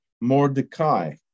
Mordecai